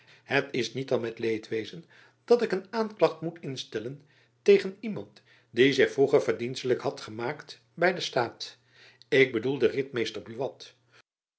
het is niet dan met leedwezen dat ik een aanklacht moet instellen tegen iemand die zich vroeger verdienstelijk had gemaakt by den staat ik bedoel den ritmeester buat